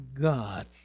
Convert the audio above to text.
God